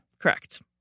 Correct